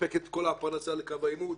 מספקת את כל הפרנסה לקו העימות,